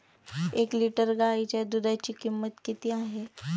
एक लिटर गाईच्या दुधाची किंमत किती आहे?